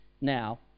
now